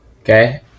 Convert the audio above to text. Okay